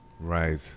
Right